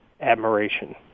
admiration